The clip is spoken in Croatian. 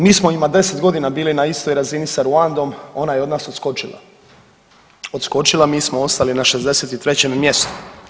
Mi smo ima 10 godina bili na istoj razini sa Ruandom onda je od nas odskočila, odskočila mi smo ostali na 63 mjestu.